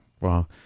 wow